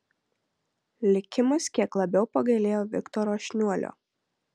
likimas kiek labiau pagailėjo viktoro šniuolio